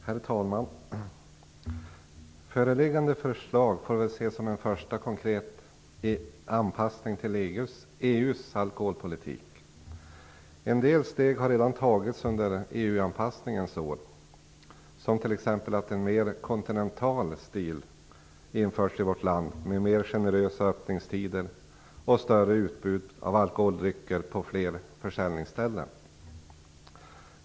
Herr talman! Föreliggande förslag får väl ses som en första konkret anpassning till EU:s alkoholpolitik. En del steg har redan tagits under EU-anpassningens år. En mer kontinental stil har t.ex. införts i vårt land. Det är mer generösa öppningstider och ett större utbud av alkoholdrycker på fler försäljningsställen.